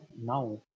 now